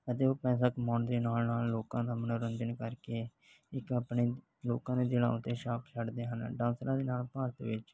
ਅਤੇ ਉਹ ਪੈਸਾ ਕਮਾਉਣ ਦੇ ਨਾਲ ਨਾਲ ਲੋਕਾਂ ਦਾ ਮਨੋਰੰਜਨ ਕਰਕੇ ਇੱਕ ਆਪਣੇ ਲੋਕਾਂ ਦੇ ਦਿਲਾਂ ਉੱਤੇ ਸ਼ਾਪ ਛੱਡਦੇ ਹਨ ਡਾਂਸਰਾਂ ਦੇ ਨਾਲ ਭਾਰਤ ਵਿੱਚ